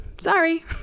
Sorry